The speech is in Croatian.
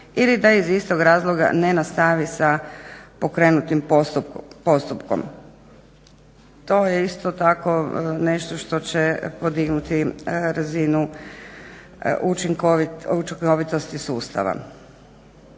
ili da iz istog razloga ne nastavi sa pokrenutim postupkom. To je isto tako nešto što će podignuti razinu učinkovitosti sustava.